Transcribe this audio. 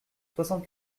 soixante